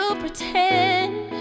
pretend